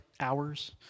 hours